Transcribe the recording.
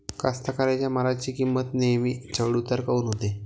कास्तकाराइच्या मालाची किंमत नेहमी चढ उतार काऊन होते?